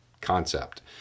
concept